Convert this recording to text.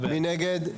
מי נגד?